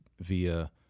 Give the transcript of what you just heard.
via